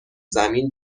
زمین